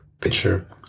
picture